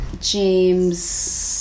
James